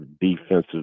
defensive